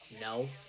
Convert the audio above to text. No